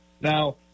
Now